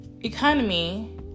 economy